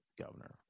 governor